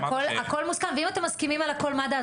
הכול מוסכם ואם אתם מסכימים על הכול מד"א,